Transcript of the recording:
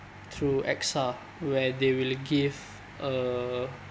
through AXA where they really give uh